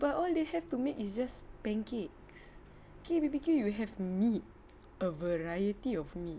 but all they have to make is just pancakes K_B_B_Q you have meat a variety of meat